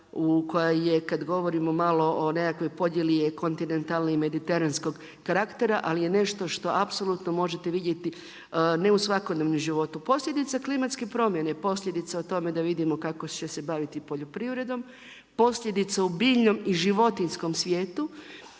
koja je kad govorimo malo o nekakvoj podjeli je kontinentalna i mediteranskog karaktera, ali je nešto što apsolutno možete vidjeti ne u svakodnevnom životu. Posljedice klimatske promjene, posljedice o tome da vidimo kako će se baviti poljoprivredom, posljedice u biljnom i životinjskom svijetu.